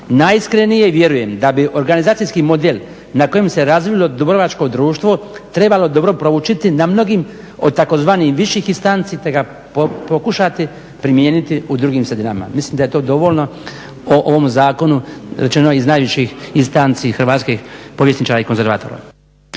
Najiskrenije vjerujem da bi organizaciji model na kojem se razvilo dubrovačko društvo trebalo dobro proučiti na mnogim od tzv. viših instanci te ga pokušati primijeniti u drugim sredinama.". Mislim da je to dovoljno o ovom zakonu rečeno iz najviših instanci hrvatskih povjesničara i konzervatora.